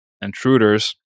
intruders